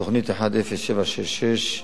תוכנית 10766,